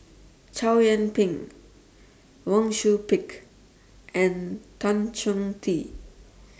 Chow Yian Ping Wang Sui Pick and Tan Chong Tee